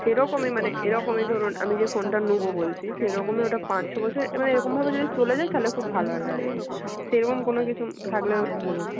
সেরকমই মানে এরকমই ধরুন আমি যে ফোনটা নোবো বলছি সেরকমই ওটা পাঁচ ছ বছর এবারে এরকমভাবে যদি চলে যায় থালে খুব ভালো হয় আর কি সেই রকম কোনো কিছু থাকলে বলুন